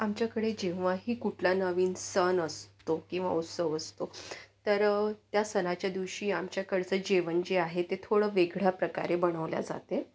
आमच्याकडे जेव्हाही कुठला नवीन सण असतो किंवा उत्सव असतो तर त्या सणाच्या दिवशी आमच्याकडचं जेवण जे आहे ते थोडं वेगळ्या प्रकारे बनवले जाते